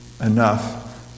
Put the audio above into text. enough